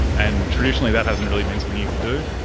and traditionally that hasn't really been something you can do.